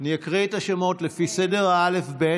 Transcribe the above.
אני אקריא את השמות לפי סדר האל"ף-בי"ת,